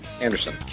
Anderson